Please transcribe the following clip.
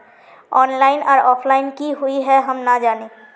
Online आर offline की हुई है हम ना जाने?